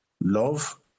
love